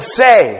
say